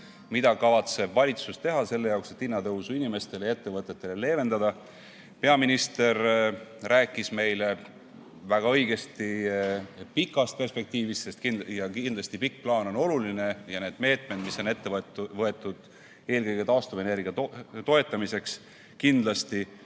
mida kavatseb valitsus teha selle jaoks, et hinnatõusu inimestele ja ettevõtetele leevendada. Peaminister rääkis meile väga õigesti pikast perspektiivist ja kindlasti pikk plaan on oluline ja need meetmed, mis on ette võetud eelkõige taastuvenergia toetamiseks, kindlasti